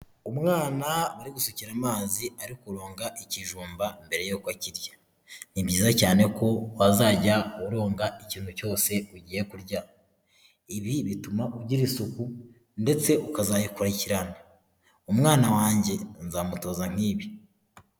Umwana uri gusukira amazi ari kuronga ikijumba mbere y'uko akirya. Ni byiza cyane ko wazajya urogna ikintu cyose ugiye kurya. Ibi bituma ugira isuku ndetse ukazayikurikirana, umwana wanjye nzamutoza nk'ibi.